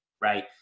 right